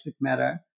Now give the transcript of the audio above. matter